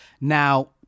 Now